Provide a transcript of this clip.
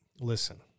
listen